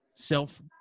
self